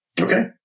Okay